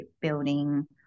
building